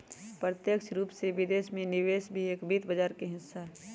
प्रत्यक्ष रूप से विदेश में निवेश भी एक वित्त बाजार के हिस्सा हई